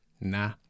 nah